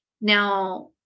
Now